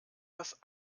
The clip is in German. das